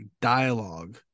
dialogue